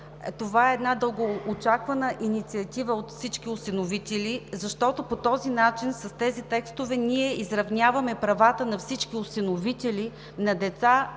Това е една дългоочаквана инициатива от всички осиновители, защото по този начин, с тези текстове ние изравняваме правата на всички осиновители на деца